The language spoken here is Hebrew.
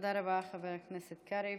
תודה רבה לחבר הכנסת קרעי.